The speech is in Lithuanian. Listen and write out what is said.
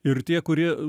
ir tie kurie